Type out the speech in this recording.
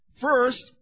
First